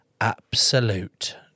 absolute